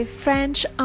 French